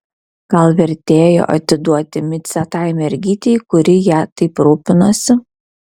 gal vertėjo atiduoti micę tai mergytei kuri ja taip rūpinosi